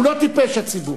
הוא לא טיפש, הציבור.